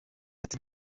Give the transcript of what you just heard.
ati